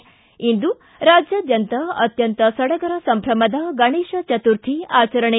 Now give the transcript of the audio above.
ಿ ಇಂದು ರಾಜ್ಯಾದ್ಧಂತ ಅತ್ಯಂತ ಸಡಗಡ ಸಂಭ್ರಮದ ಗಣೇಶ ಚತುರ್ಥಿ ಆಚರಣೆ